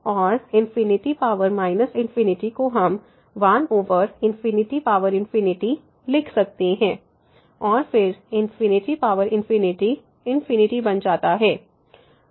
और ∞ को हम 1 लिख सकते हैं और फिर बन जाता है